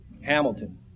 Hamilton